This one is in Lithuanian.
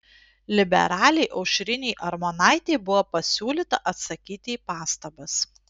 liberalei aušrinei armonaitei buvo pasiūlyta atsakyti į pastabas